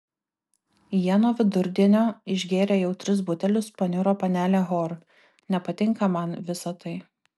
jie nuo vidurdienio išgėrė jau tris butelius paniuro panelė hor nepatinka man visa tai